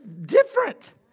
different